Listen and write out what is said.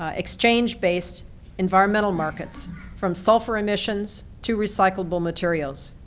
ah exchange-based environmental markets from sulfur emissions to recyclable materials.